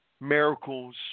miracles